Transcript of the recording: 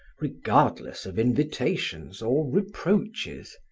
regardless of invitations or reproaches.